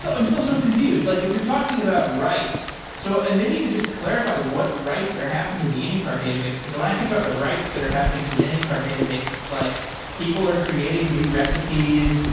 i'm still so confused. like if you're talking about writes so and maybe you could just clarify what writes are happening in the anycart database, because when i think about the writes that are happening to an anycart database, it's like people are creating new recipes.